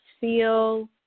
feel